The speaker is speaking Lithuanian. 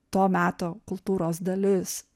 to meto kultūros dalis